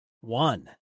One